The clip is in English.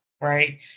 Right